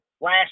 last